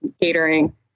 catering